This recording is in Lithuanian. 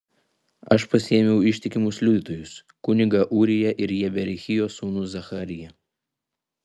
aš pasiėmiau ištikimus liudytojus kunigą ūriją ir jeberechijo sūnų zachariją